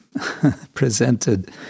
presented